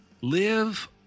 Live